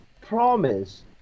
promise